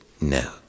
no